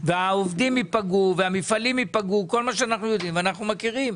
והעובדים ייפגעו והמפעלים ייפגעו כל מה שאנחנו יודעים ומכירים.